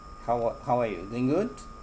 how are how are you doing good